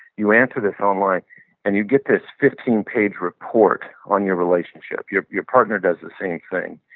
you answer this online and you get this fifteen page report on your relationship. your your partner does the same thing.